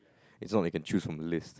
it's not like you can choose from the list